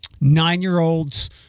nine-year-olds